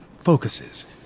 focuses